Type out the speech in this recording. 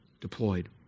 deployed